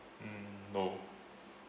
mm no